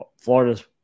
Florida's